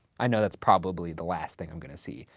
i know that's probably the last thing i'm gonna see.